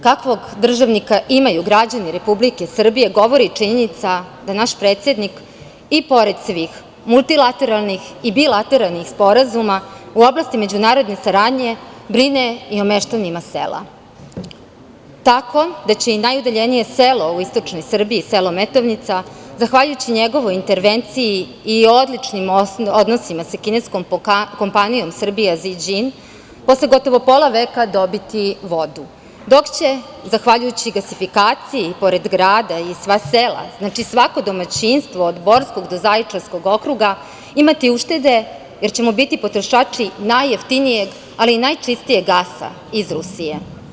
Kakvog državnika imaju građani Republike Srbije govori i činjenica da naš predsednik, i pored svih multilateralnih i bilateralnih sporazuma, u oblasti međunarodne saradnje brine i o meštanima sela, tako da će i najudaljenije selo u istočnoj Srbiji, selo Metovnica, zahvaljujući njegovoj intervenciji i odličnim odnosima sa kineskom kompanijom „Srbija Ziđin“, posle gotovo pola veka dobiti vodu, dok će zahvaljujući gasifikaciji pored grada i sva sela, znači, svako domaćinstvo od Borskog do Zaječarskog okruga, imati uštede, jer ćemo biti potrošači najjeftinijeg, ali i najčistijeg gasa iz Rusije.